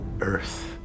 earth